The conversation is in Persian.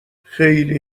خیلی